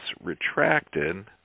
retracted